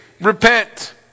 Repent